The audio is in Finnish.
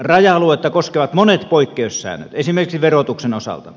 raja aluetta koskevat monet poikkeussäännöt esimerkiksi verotuksen osalta